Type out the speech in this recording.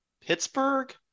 Pittsburgh